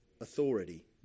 authority